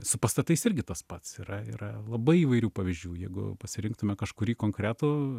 su pastatais irgi tas pats yra yra labai įvairių pavyzdžių jeigu pasirinktume kažkurį konkretų